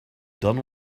done